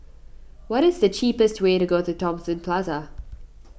what is the cheapest way to Thomson Plaza